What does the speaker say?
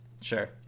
sure